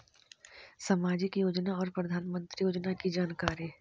समाजिक योजना और प्रधानमंत्री योजना की जानकारी?